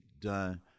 done